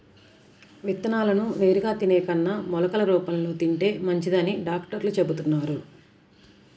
విత్తనాలను నేరుగా తినే కన్నా మొలకలు రూపంలో తింటే మంచిదని డాక్టర్లు చెబుతున్నారు